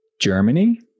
Germany